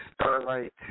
Starlight